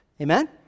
Amen